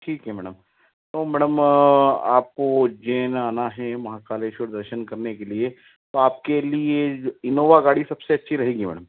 ठीक है मैडम तो मैडम आपको उज्जैन आना है महाकालेश्वर दर्शन करने के लिए तो आपके लिए इनोवा गाड़ी सबसे अच्छी रहेगी मैम